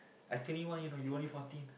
I twenty one you know you only fourteen